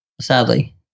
Sadly